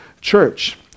church